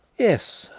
yes,